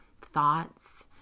thoughts